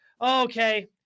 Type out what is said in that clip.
okay